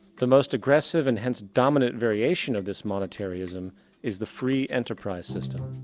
the most agressive and hence dominant variation of this monetary-ism is the free enterprise system.